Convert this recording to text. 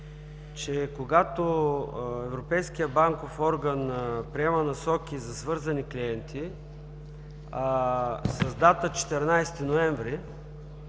– когато Европейският банков орган приема насоки за свързани клиенти, приети с дата 14 ноември